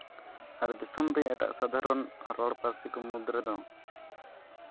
ᱟᱨ ᱫᱤᱥᱚᱢ ᱨᱮ ᱮᱴᱟᱜ ᱥᱟᱫᱷᱟᱨᱚᱱ ᱨᱚᱲ ᱯᱟᱹᱨᱥᱤ ᱠᱚ ᱢᱩᱫᱽ ᱨᱮᱫᱚ